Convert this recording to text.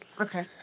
okay